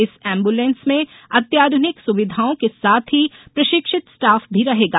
इस एम्बुलेंस में अत्याधुनिक सुविधाओं के साथ ही प्रशिक्षित स्टाफ भी रहेगा